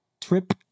Trip